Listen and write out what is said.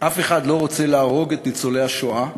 אף אחד לא רוצה להרוג את ניצולי השואה,